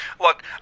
Look